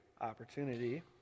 opportunity